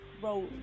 bro